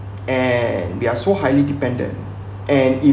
and we are so highly dependent and in~